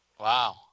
Wow